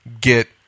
get